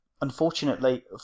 Unfortunately